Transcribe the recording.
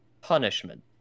punishment